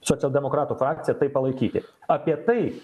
socialdemokratų frakciją tai palaikyti apie tai